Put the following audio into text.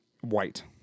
White